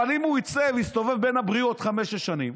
אבל אם הוא יצא ויסתובב בין הבריות חמש, שש שנים,